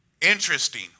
interesting